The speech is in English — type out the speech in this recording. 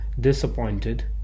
disappointed